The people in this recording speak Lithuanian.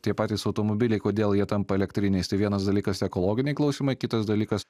tie patys automobiliai kodėl jie tampa elektriniais tai vienas dalykas ekologiniai klausimai kitas dalykas